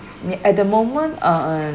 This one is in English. at the moment uh